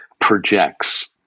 projects